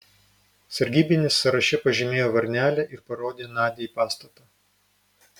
sargybinis sąraše pažymėjo varnelę ir parodė nadiai pastatą